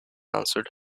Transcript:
answered